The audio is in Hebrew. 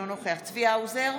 אינו נוכח צבי האוזר,